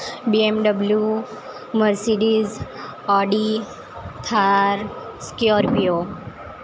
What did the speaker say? BMW Mercedes Audi Thar scorpio